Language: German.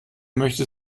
möchte